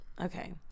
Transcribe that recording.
Okay